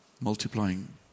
multiplying